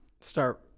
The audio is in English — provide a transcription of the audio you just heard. start